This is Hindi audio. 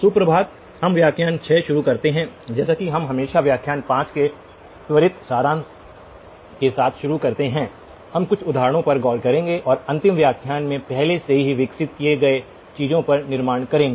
सुप्रभात हम व्याख्यान 6 शुरू करते हैं जैसा कि हम हमेशा व्याख्यान 5 के त्वरित सारांश के साथ शुरू करते हैं हम कुछ उदाहरणों पर गौर करेंगे और अंतिम व्याख्यान में पहले से ही विकसित किए गए चीजों पर निर्माण करेंगे